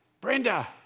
Brenda